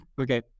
okay